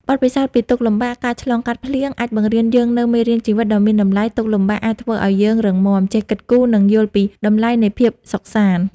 បទពិសោធន៍ពីទុក្ខលំបាក ការឆ្លងកាត់ "ភ្លៀង" អាចបង្រៀនយើងនូវ មេរៀនជីវិត ដ៏មានតម្លៃ ទុក្ខលំបាកអាចធ្វើឲ្យយើងរឹងមាំ ចេះគិតគូរ និងយល់ពីតម្លៃនៃភាពសុខសាន្ត។